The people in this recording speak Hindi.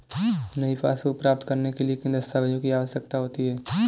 नई पासबुक प्राप्त करने के लिए किन दस्तावेज़ों की आवश्यकता होती है?